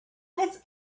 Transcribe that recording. has